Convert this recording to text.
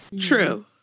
True